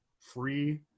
free